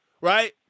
right